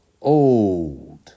old